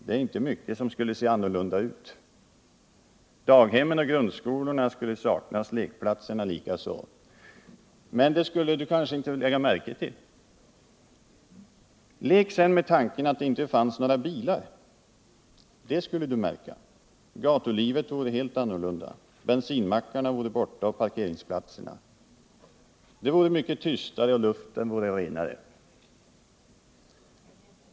Det är inte mycket som skulle se annorlunda ut. Daghemmen och grundskolorna skulle saknas, lekplatserna likaså. Men det skulle du kanske inte lägga märke till. Lek sedan med tanken att det inte fanns några bilar. Det skulle du märka. Gatulivet vore helt annorlunda. Bensinmackarna vore borta och parkeringsplatserna. Det vore mycket tystare och luften vore renare.